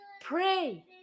pray